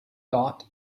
dot